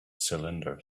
cylinder